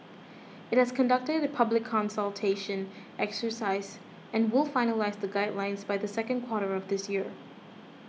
it has conducted a public consultation exercise and will finalise the guidelines by the second quarter of this year